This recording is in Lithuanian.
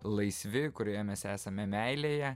laisvi kurioje mes esame meilėje